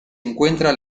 encuentra